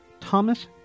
Thomas